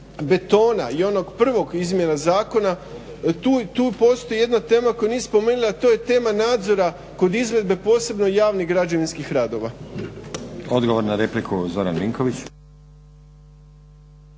betona i onog prvog izmjena zakona tu postoji jedna tema koja nije spomenuta, a to je tema nadzora kod izvedbe posebno javnih građevinskih radova. **Stazić, Nenad (SDP)** Odgovor na repliku Zoran Vinković.